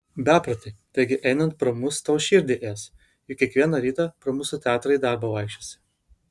beproti taigi einant pro mus tau širdį ės juk kiekvieną rytą pro mūsų teatrą į darbą vaikščiosi